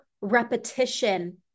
repetition